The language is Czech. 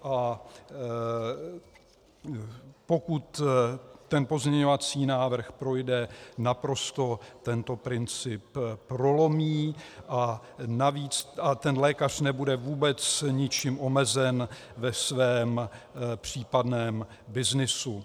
A pokud pozměňovací návrh projde, naprosto tento princip prolomí a lékař nebude vůbec ničím omezen ve svém případném byznysu.